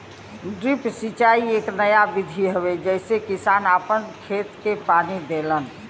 drip सिंचाई एक नया विधि हवे जेसे किसान आपन खेत के पानी देलन